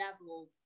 level